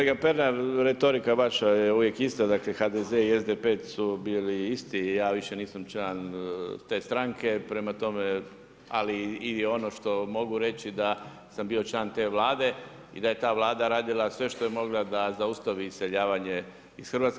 Kolega Pernar, retorika vaša je uvijek ista, dakle HDZ i SDP su bili isti i ja više nisam član te stranke, prema tome ali i ono što mogu reći da sam bio član te Vlade i da je ta Vlada radila sve što je mogla da zaustavi iseljavanje iz Hrvatske.